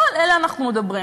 לא על אלה אנחנו מדברים.